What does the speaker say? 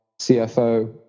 CFO